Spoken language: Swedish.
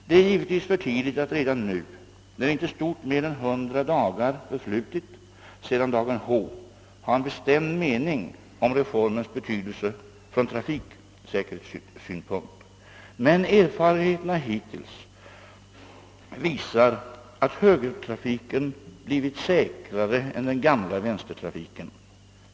Det är givetvis för tidigt att redan nu, när inte stort mer än 100 dagar förflutit sedan dagen Hy, ha en bestämd mening om reformens betydelse från trafiksäkerhetssynpunkt. Men erfarenheterna hittills visar att högertrafiken blivit säkrare än den gamla vänstertrafiken.